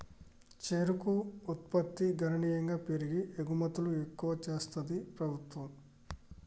చెరుకు ఉత్పత్తి గణనీయంగా పెరిగి ఎగుమతులు ఎక్కువ చెస్తాంది ప్రభుత్వం